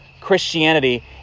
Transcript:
Christianity